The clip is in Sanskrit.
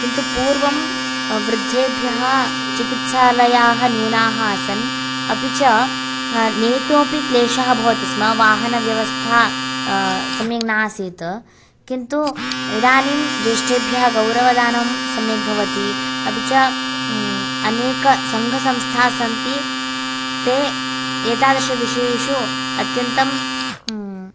किन्तु पूर्वं वृद्धेभ्य चिकित्सालया न्यूना आसन् अपि च नेतुमपि क्लेशः भवति स्म वाहनव्यवस्था सम्यक् न आसीत् किन्तु इदानीं ज्येष्ठेभ्य गौरवदानं सम्यक् भवति अपि च अनेकसङ्घसंस्था सन्ति ते एतादृशविषयेषु अत्यन्तं